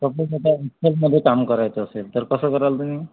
suppose आता एक्सेलमध्ये काम करायचं असेल तर कसं कराल तुम्ही